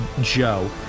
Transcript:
joe